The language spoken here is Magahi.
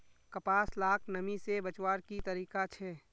कपास लाक नमी से बचवार की तरीका छे?